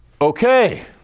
Okay